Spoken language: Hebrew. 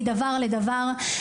מדבר לדבר,